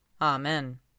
Amen